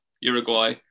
Uruguay